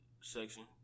section